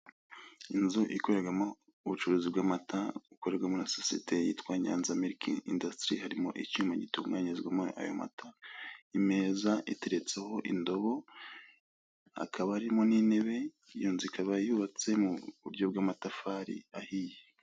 Inzu ikorerwamo ubucuruzi bw'amata bukorerwamo na sosiyete yitwa Nyanza miriki indasitiri harimo icyuma gitunganyirizwamo ayo mata. Imeza iteretseho indobo hakaba harimo n'intebe iyo nzu ikaba yubatse mu buryo bw'amatafari ahiye.